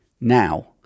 now